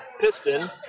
piston